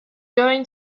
going